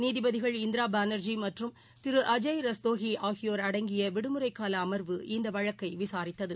நீதிபதிகள் இந்திராபானர்ஜி மற்றும் திருஅஜய் ரஸ்தோஹிஆகியோர் அடங்கிவிடுமுறைக்காலஅம்வு இந்தவழக்கைவிசாரித்தது